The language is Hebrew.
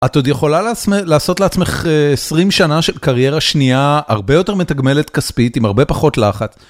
את עוד יכולה לעצמך, לעשות לעצמך 20 שנה של קריירה שנייה, הרבה יותר מתגמלת כספית עם הרבה פחות לחץ.